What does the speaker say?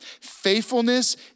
Faithfulness